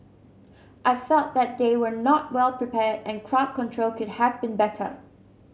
I felt that they were not well prepared and crowd control could have been better